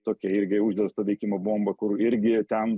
tokia irgi uždelsto veikimo bomba kur irgi ten